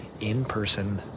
in-person